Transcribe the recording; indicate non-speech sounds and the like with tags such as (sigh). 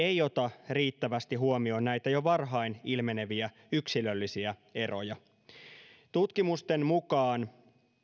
(unintelligible) ei ota riittävästi huomioon näitä jo varhain ilmeneviä yksilöllisiä eroja tutkimusten mukaan